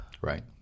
Right